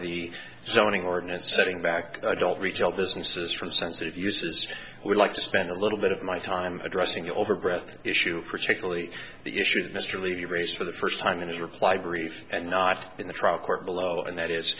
the zoning ordinance setting back adult retail businesses from sensitive eustace would like to spend a little bit of my time addressing over breath issue particularly the issue that mr levy raced for the first time in his reply brief and not in the trial court below and that is